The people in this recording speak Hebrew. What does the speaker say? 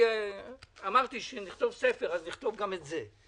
אמרתי שאכתוב ספר, אז אכתוב גם את זה.